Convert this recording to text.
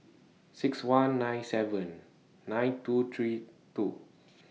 six one nine seven nine two three two